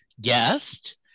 guest